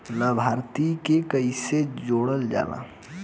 लभार्थी के कइसे जोड़ल जाला?